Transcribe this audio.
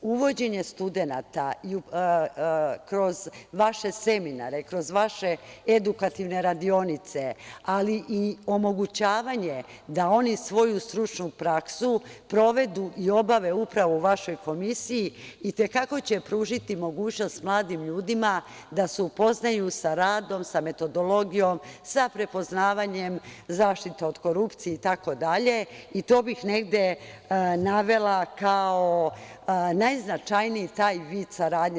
Uvođenje studenata kroz vaše seminare, kroz vaše edukativne radionice, ali i omogućavanje da oni svoju stručnu praksu provedu i obave upravo u vašoj komisiji, itekako će pružiti mogućnost mladim ljudima da se upoznaju sa radom, sa metodologijom, sa prepoznavanjem zaštite od korupcije, itd. i to bih negde navela kao najznačajniji taj vid saradnje.